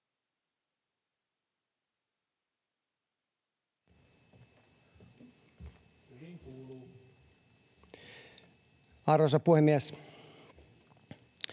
Arvoisa puhemies!